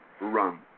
Run